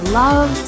love